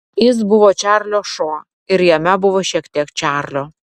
jis buvo čarlio šuo ir jame buvo šiek tiek čarlio